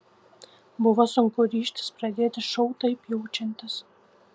buvo sunku ryžtis pradėti šou taip jaučiantis